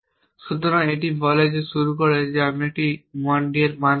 সুতরাং এটি বলে শুরু করে যে আমি 1 d মান পেয়েছি